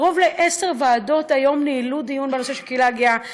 קרוב לעשר ועדות היום ניהלו דיון בנושא של הקהילה הגאה,